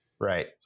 Right